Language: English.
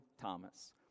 Thomas